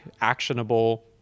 actionable